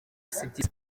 sibyiza